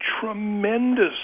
tremendous